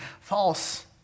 false